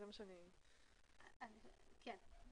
כן.